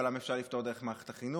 אפשר לפתור דרך מערכת החינוך,